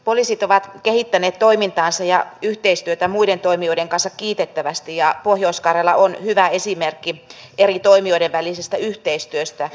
poliisit ovat kehittäneet toimintaansa ja yhteistyötä muiden toimijoiden kanssa kiitettävästi ja pohjois karjala on hyvä esimerkki eri toimijoiden välisestä yhteistyöstä